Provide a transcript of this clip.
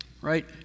Right